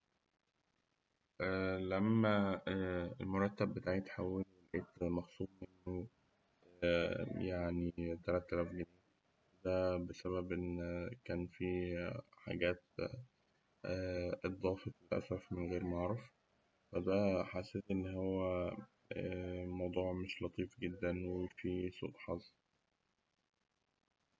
لما المرتب بتاعي اتحول لقيته مخصوم منه يعني تلات تلاف جنيه، ده بسبب إن كان فيه حاجات اتضافت للأسف من غير ما أعرف، فده حسيت إن هو الموضوع مش لطيف جداً وفيه سوء حظ.